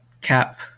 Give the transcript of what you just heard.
Cap